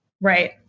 Right